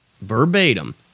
verbatim